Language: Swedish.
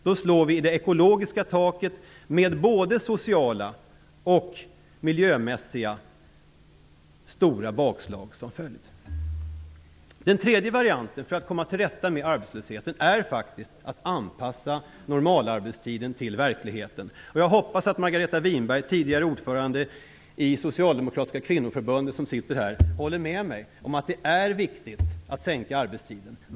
Då slår vi i det ekologiska taket med stora både sociala och miljömässiga bakslag som följd. Den tredje varianten för att man skall komma till rätta med arbetslösheten är faktiskt att anpassa normalarbetstiden till verkligheten. Jag hoppas att Margareta Winberg - tidigare ordförande i det socialdemokratiska kvinnoförbundet - som sitter här håller med mig om att det är viktigt att sänka arbetstiden.